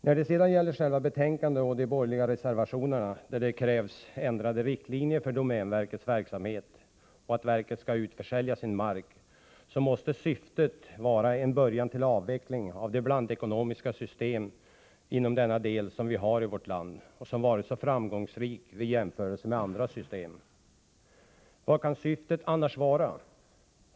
När det sedan gäller själva betänkandet och de borgerliga reservationerna, där det krävs ändrade riktlinjer för domänverkets verksamhet och att verket skall utförsälja sin mark, måste syftet vara att påbörja en avveckling av det blandekonomiska system som vi har i vårt land och som har varit så framgångsrikt i jämförelse med andra system. Vad kan syftet annars vara?